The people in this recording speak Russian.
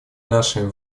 нашими